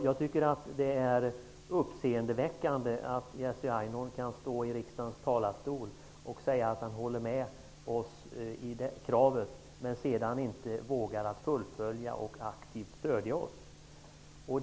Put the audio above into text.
Jag tycker att det är uppseendeväckande att Jerzy Einhorn kan stå i riksdagens talarstol och säga att han håller med oss om våra krav men att han sedan inte vågar fullfölja det och aktivt stödja oss.